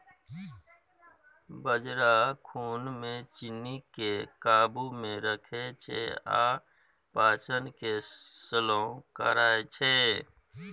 बजरा खुन मे चीन्नीकेँ काबू मे रखै छै आ पाचन केँ स्लो करय छै